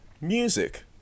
music